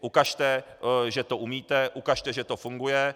Ukažte, že to umíte, ukažte, že to funguje.